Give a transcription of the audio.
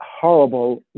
horrible